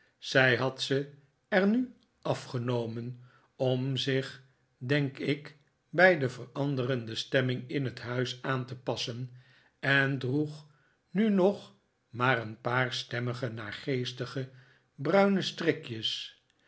zij had ze er nu afgenomen om zich denk ik bij de veranderde stemming in het huis aan te passen en droeg nu nog maar een paar stemmige naargeestig bruine strikjes